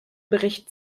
bericht